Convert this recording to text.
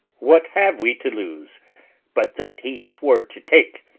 what have we to lose but that he swore to take,